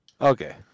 Okay